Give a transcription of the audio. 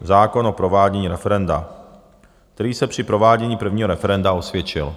Zákon o provádění referenda, který se při provádění prvního referenda osvědčil.